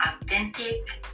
authentic